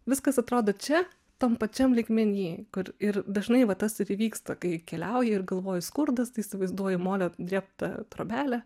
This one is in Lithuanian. viskas atrodo čia tam pačiam lygmeny kur ir dažnai va tas ir įvyksta kai keliauji ir galvoji skurdas tai įsivaizduoji molio drėbtą trobelę